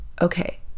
Okay